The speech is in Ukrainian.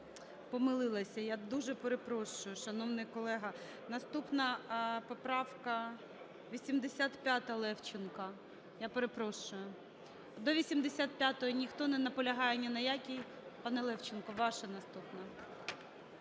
помилилася, я дуже перепрошую, шановний колего. Наступна, поправка 85, Левченко. Я перепрошую. До 85-ї ніхто не наполягає ні на якій? Пане Левченко, ваша наступна,